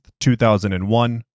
2001